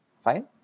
fine